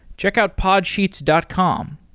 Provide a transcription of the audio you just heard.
check out podsheets dot com.